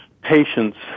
patients